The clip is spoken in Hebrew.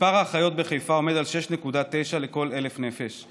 מספר האחיות בחיפה עומד על 6.9 לכל 1,000 נפש,